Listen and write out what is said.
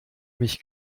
mich